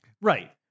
Right